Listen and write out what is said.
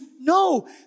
No